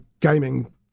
gaming